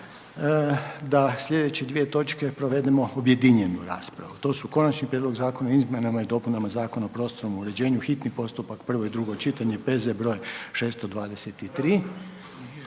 da slijedeći dvije točke provedemo objedinjenu raspravu, to su: -Konačni prijedlog Zakona o izmjenama i dopunama Zakona o prostornom uređenju, hitni postupak, prvo i drugo čitanje, P.Z. br. 623.